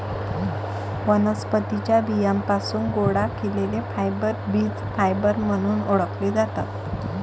वनस्पतीं च्या बियांपासून गोळा केलेले फायबर बीज फायबर म्हणून ओळखले जातात